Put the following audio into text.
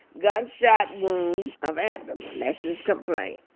gunshot wound of abdomen, that's his complaint.